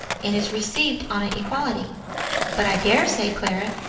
and is received on an equality but i dare say, clara,